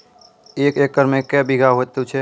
एक एकरऽ मे के बीघा हेतु छै?